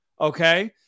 okay